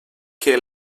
que